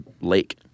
lake